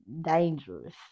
Dangerous